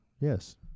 Yes